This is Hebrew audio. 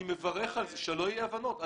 אני מברך על זה, שלא יהיו אי הבנות.